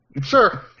Sure